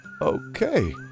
Okay